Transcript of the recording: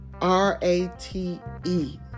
R-A-T-E